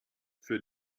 für